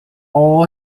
all